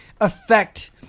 affect